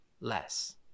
less